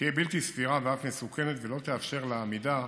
תהיה בלתי סבירה ואף מסוכנת, ולא תתאפשר לה עמידה